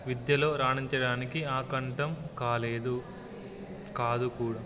విద్యలో రాణించడానికి ఆటంకం కాలేదు కాదు కూడా